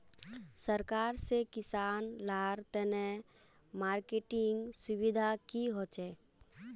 सरकार से किसान लार तने मार्केटिंग सुविधा की होचे?